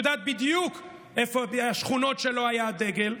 את יודעת בדיוק איפה השכונות שלא היה דגל.